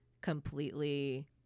completely